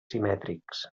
simètrics